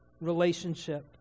relationship